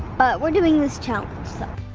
but we're doing this challenge, so.